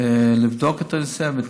לבדוק את הנושא.